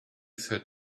said